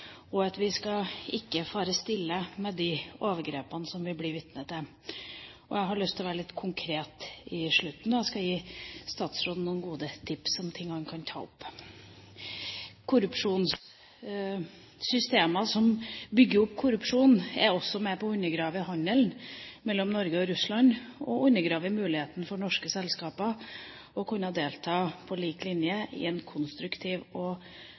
og at vi ikke skal fare stille med de overgrepene vi blir vitne til. Jeg har lyst til å være litt konkret mot slutten, så jeg skal gi utenriksministeren noen gode tips om ting han kan ta opp. Systemer som bygger opp korrupsjon, er også med på å undergrave handelen mellom Norge og Russland og undergrave muligheten for norske selskaper til å kunne delta på lik linje i en konstruktiv og